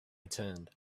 turned